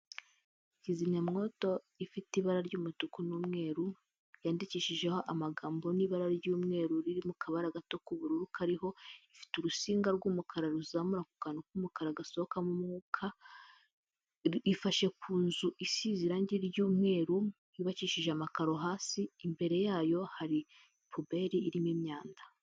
Kizimyamwoto ifite ibara ry'umutuku n'umweru, yandikishijeho amagambo n'ibara ry'umweru riri mu kabara gato k'ubururu kariho, ifite urusinga rw'umukara ruzamura ako kantu k'umukara gasohokamo umwuka, ifashe ku nzu isize irangi ry'umweru, yubakishije amakaro hasi, imbere yayo hari pubeli irimo imyanda.